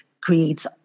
creates